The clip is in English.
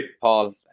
Paul